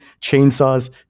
chainsaws